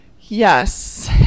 yes